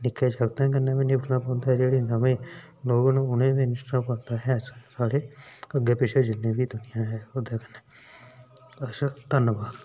निक्कें जागतें कन्नै बी निपटना पौंदा ऐ जेह्ड़े नमें लोक न उ'नें ते साढ़े अग्गें पिच्छें जि'न्ने बी हैन साढ़े अच्छा धन्नबाद